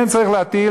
כן צריך להטיל,